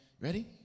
Ready